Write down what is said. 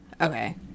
okay